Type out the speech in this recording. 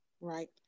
Right